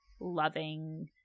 loving